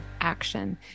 action